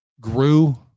grew